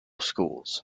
schools